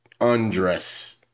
undress